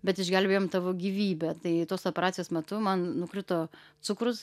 bet išgelbėjom tavo gyvybę tai tos operacijos metu man nukrito cukrus